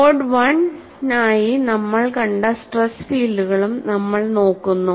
mode I നായി നമ്മൾ കണ്ട സ്ട്രെസ് ഫീൽഡുകളും നമ്മൾ നോക്കുന്നു